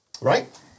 Right